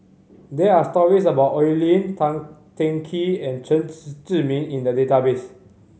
there are stories about Oi Lin Tan Teng Kee and Chen Zhiming in the database